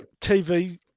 TV